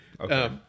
Okay